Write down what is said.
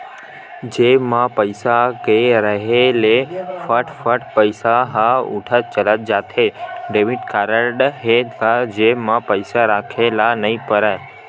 जेब म पइसा के रेहे ले फट फट पइसा ह उठत चले जाथे, डेबिट कारड हे त जेब म पइसा राखे ल नइ परय